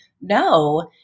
no